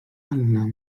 hanna